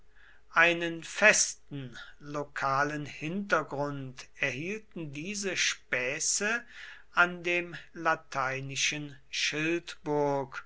einen festen lokalen hintergrund erhielten diese späße an dem lateinischen schildburg